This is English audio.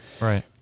Right